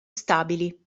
stabili